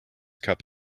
cup